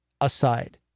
aside